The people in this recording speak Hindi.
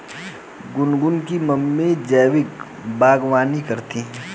गुनगुन की मम्मी जैविक बागवानी करती है